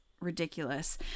ridiculous